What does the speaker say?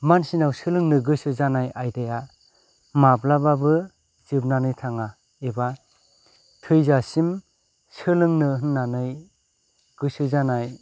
मानसिनाव सोलोंनो गोसोजानाय आयदाया माब्लाबाबो जोबनानै थाङा एबा थैजासिम सोलोंनो होन्नानै गोसो जानाय